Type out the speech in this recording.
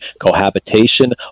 cohabitation